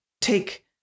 take